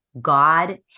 God